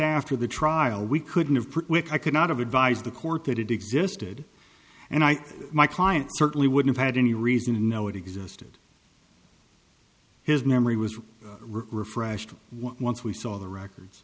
after the trial we couldn't of i could not have advised the court that it existed and i my client certainly wouldn't had any reason to know it existed his memory was refreshing once we saw the records